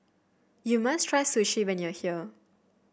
you must try Sushi when you are here